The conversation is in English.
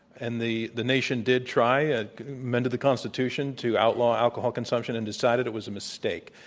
and the the nation did try, ah amended the constitution, to outlaw alcohol consumption and decided it was a mistake.